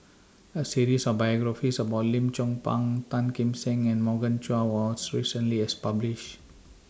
A series of biographies about Lim Chong Pang Tan Kim Seng and Morgan Chua was recently published